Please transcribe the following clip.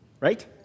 Right